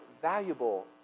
valuable